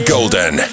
Golden